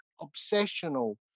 obsessional